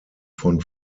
von